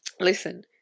Listen